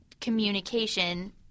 communication